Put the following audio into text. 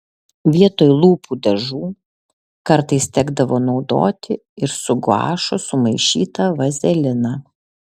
vietoj lūpų dažų kartais tekdavo naudoti ir su guašu sumaišytą vazeliną